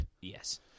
Yes